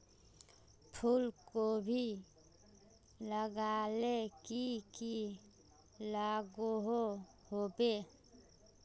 फूलकोबी लगाले की की लागोहो होबे?